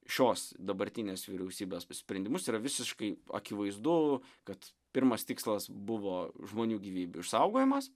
šios dabartinės vyriausybės sprendimus yra visiškai akivaizdu kad pirmas tikslas buvo žmonių gyvybių išsaugojimas